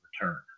return